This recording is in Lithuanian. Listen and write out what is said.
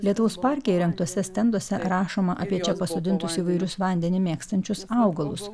lietaus parke įrengtuose stenduose rašoma apie čia pasodintus įvairius vandenį mėgstančius augalus